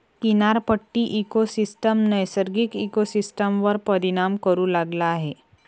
किनारपट्टी इकोसिस्टम नैसर्गिक इकोसिस्टमवर परिणाम करू लागला आहे